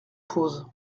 pose